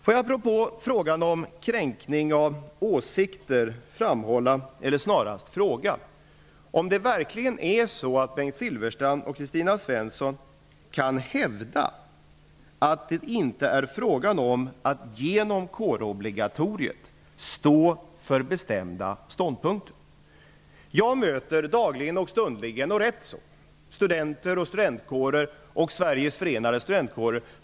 Får jag, apropå frågan om kränkning av åsikter, fråga om Bengt Silfverstrand och Kristina Svensson verkligen kan hävda att det inte är frågan om att genom kårobligatoriet stå för bestämda ståndpunkter? Jag möter dagligen och stundligen studenter, studentkårer och Sveriges förenade studentkårer.